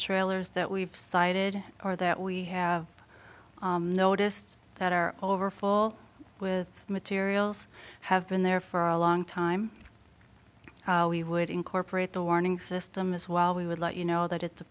trailers that we've cited are that we have noticed that our overfull with materials have been there for a long time we would incorporate the warning system as well we would let you know that it's a